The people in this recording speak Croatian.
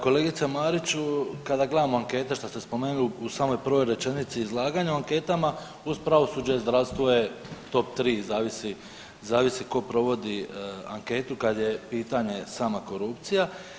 Kolegice Marić, kada gledamo ankete što ste spomenuli u samoj prvoj rečenici izlaganja o anketama, uz pravosuđe i zdravstvo je top tri zavisi, zavisi tko provodi anketu kad je pitanje sama korupcija.